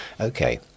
Okay